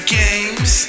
games